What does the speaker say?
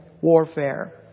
warfare